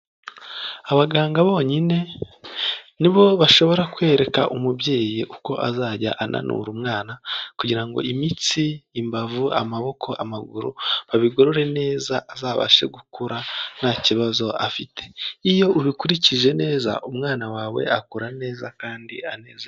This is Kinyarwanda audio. Abaganga bonyine ni bo bashobora kwereka umubyeyi uko azajya ananura umwana kugirango imitsi, imbavu, amaboko, amaguru babigorore neza azabashe gukura nta kibazo afite, iyo ubikurikije neza umwana wawe akura neza kandi anezerewe.